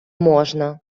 можна